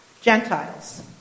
Gentiles